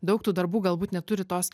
daug tų darbų galbūt neturi tos